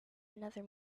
another